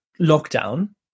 lockdown